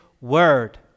word